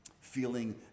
feeling